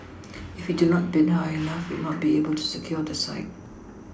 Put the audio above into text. if we do not bid high enough we would not be able to secure the site